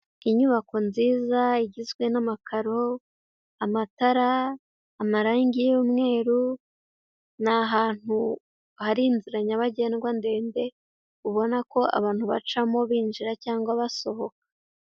Inyubako nziza igizwe n'amakaro, amatara amarangi y'umweru, ni ahantu hari inzira nyabagendwa ndende ubona ko abantu bacamo binjira cyangwa basohoka.